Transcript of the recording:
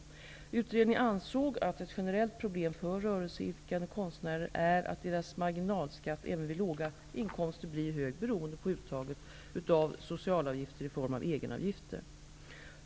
Utredningen ansåg att ett generellt problem för rörelseidkande konstnärer är att deras marginalskatt även vid låga inkomster blir hög beroende på uttaget av socialavgifter i form av egenavgifter.